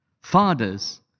Fathers